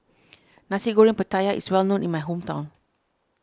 Nasi Goreng Pattaya is well known in my hometown